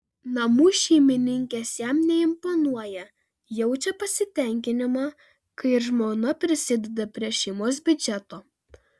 namų šeimininkės jam neimponuoja jaučia pasitenkinimą kai ir žmona prisideda prie šeimos biudžeto